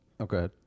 okay